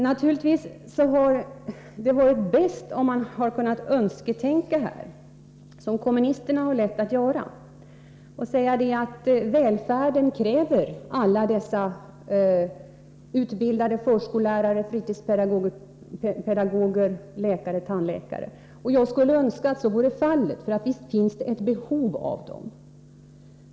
Naturligtvis hade det varit bäst om man hade kunnat önsketänka, som kommunisterna har lätt att göra, och säga att välfärden kräver alla dessa utbildade förskollärare, fritidspedagoger, läkare och tandläkare. Jag önskar att så vore fallet, för visst finns det ett behov av dem.